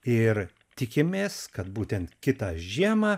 ir tikimės kad būtent kitą žiemą